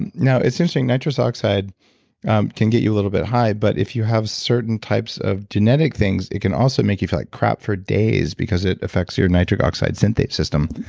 and now essentially, nitrous oxide can get you a little bit high, but if you have certain types of genetic things it can also make you feel like crap for days, because it affects your nitric oxide synthase system.